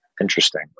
interesting